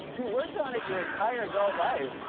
you worked on it your entire adult life?